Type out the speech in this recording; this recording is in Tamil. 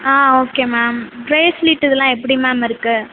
ஆ ஓகே மேம் பிரேஸ்லிட்டு இதுலாம் எப்படி மேம் இருக்குது